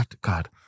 God